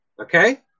Okay